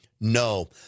No